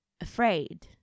Afraid